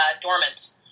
dormant